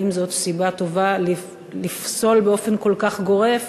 האם זאת סיבה טובה לפסול באופן כל כך גורף